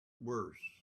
worse